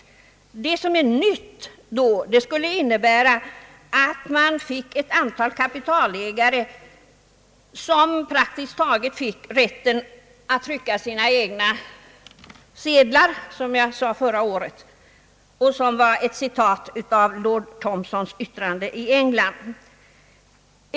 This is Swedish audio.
Det nya skulle i så fall vara att ett an tal kapitalägare praktiskt taget fick rätten att »trycka sina egna sedlar», som jag sade förra året med ett citat av lord Thompsons yttrande i England.